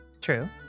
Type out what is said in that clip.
True